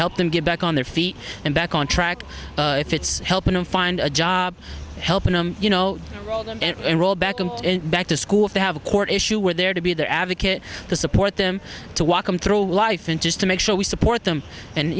help them get back on their feet and back on track if it's helping them find a job helping them you know roll back and back to school if they have a court issue where they're to be there advocate to support them to walk them through life and just to make sure we support them and